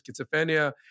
schizophrenia